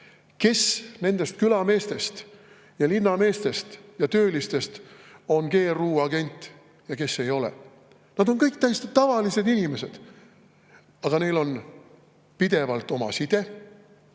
kes nendest külameestest ja linnameestest ja töölistest on GRU agent ja kes ei ole." Nad on kõik täiesti tavalised inimesed. Aga neil on pidevalt oma side